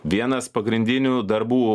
vienas pagrindinių darbų